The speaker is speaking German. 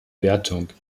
wertung